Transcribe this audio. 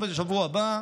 בשבוע הבא,